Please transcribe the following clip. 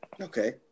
Okay